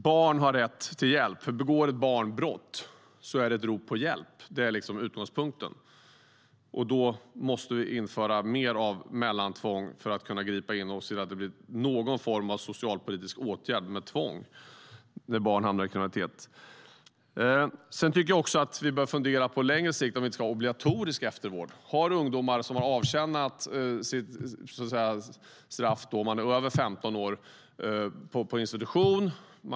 Barn har rätt till hjälp. Om ett barn begår brott är det ett rop på hjälp. Det är utgångspunkten. Vi måste införa mer av mellantvång för att kunna gripa in och se till att det vidtas någon form av socialpolitisk åtgärd med tvång när barn hamnar i kriminalitet. På längre sikt tycker jag att vi bör fundera på om vi inte ska ha obligatorisk eftervård. Det gäller ungdomar som avtjänat sitt straff på institution om de är över 15 år.